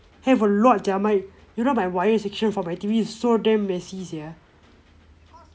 have a lot sia mine you know my wire section for my T_V is so damn messy sia